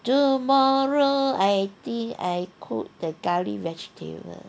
tomorrow I think I cook the curry vegetable